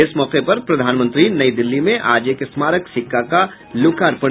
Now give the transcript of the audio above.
इस मौके पर प्रधानमंत्री नई दिल्ली में आज एक स्मारक सिक्का का करेंगे लोकार्पण